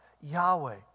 Yahweh